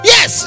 Yes